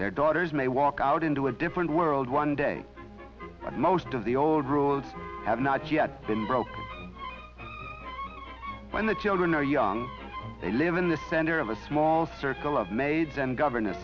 their daughters may walk out into a different world one day but most of the old rules have not yet been broken when the children are young they live in the center of a small circle of maids and govern